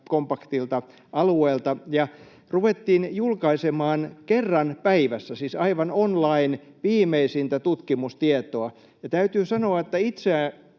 kompaktilta alueelta. Ruvettiin julkaisemaan kerran päivässä, siis aivan online, viimeisintä tutkimustietoa, ja täytyy sanoa, että itseänikin